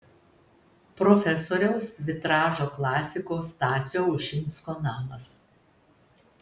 profesoriaus vitražo klasiko stasio ušinsko namas